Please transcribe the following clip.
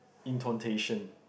intontation